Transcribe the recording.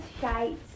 Shite